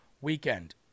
weekend